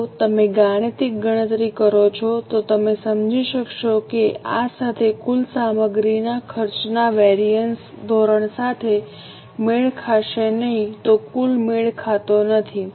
જો તમે ગાણિતિક ગણતરી કરો છો તો તમે સમજી શકશો કે આ સાથે કુલ સામગ્રીના ખર્ચના વેરિએન્સ ધોરણ સાથે મેળ ખાશે નહીં તો કુલ મેળ ખાતો નથી